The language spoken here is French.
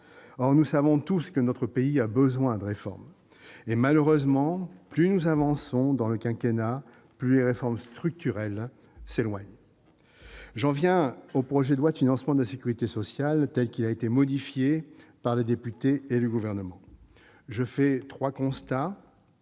Or, nous le savons tous, notre pays a besoin de réformes ; malheureusement, plus nous avançons dans le quinquennat, plus les réformes structurelles s'éloignent. J'en viens au projet de loi de financement de la sécurité sociale tel qu'il a été modifié par les députés et le Gouvernement. Je fais trois constats